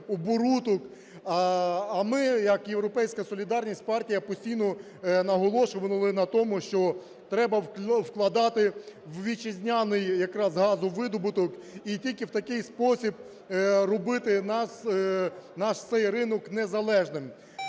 А ми як "Європейська солідарність", партія, постійно наголошували на тому, що треба вкладати в вітчизняний якраз газовидобуток і тільки в такий спосіб робити нас, наш цей ринок незалежним.